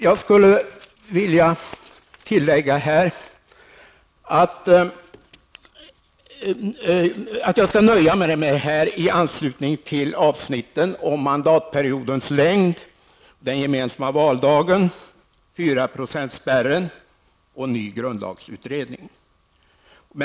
Jag nöjer mig med dessa kommentarer i anslutning till avsnitten om mandatperiodens längd, den gemensamma valdagen, 4-procentsspärren och en ny grundlagsutredning.